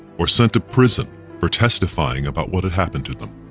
or sent to prison for testifying about what had happened to them.